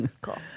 Cool